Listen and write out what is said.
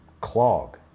clog